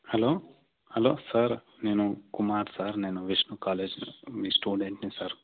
hello hello sir నేను Kumar sir నేను Vishnu college మీ స్టూడెంట్ని సార్